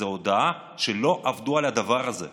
זאת הודאה שלא עבדו על הדבר הזה,